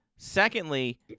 Secondly